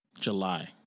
july